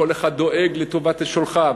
כל אחד דואג לטובת שולחיו.